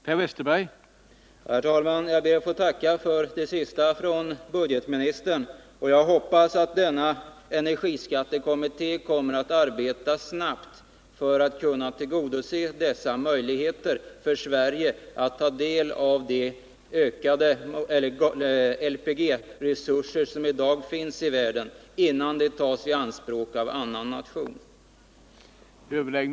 Herr talman! Jag ber att få tacka för det senaste uttalandet av budgetministern. Jag hoppas att energiskattekommittén kommer att arbeta snabbt för att Sverige skall kunna utnyttja dessa möjligheter att ta del av de ökade LPG-resurser som i dag finns i världen, innan de tas i anspråk av annan nation.